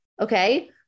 Okay